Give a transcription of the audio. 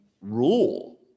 rule